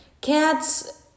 cats